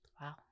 Wow